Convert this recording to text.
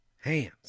Hands